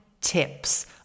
tips